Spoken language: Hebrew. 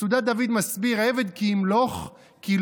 מצודת דוד מסביר "עבד כי ימלוך": "כי